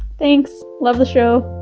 thanks. love the show